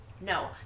No